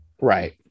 Right